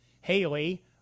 Haley